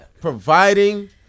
providing